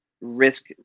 risk